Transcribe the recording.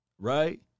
Right